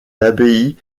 l’abbaye